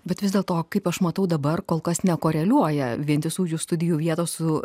bet vis dėlto kaip aš matau dabar kol kas nekoreliuoja vientisųjų studijų vietos su